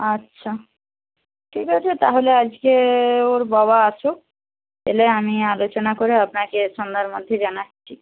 আচ্ছা ঠিক আছে তাহলে আজকে ওর বাবা আসুক এলে আমি আলোচনা করে আপনাকে সন্ধ্যার মধ্যে জানাচ্ছি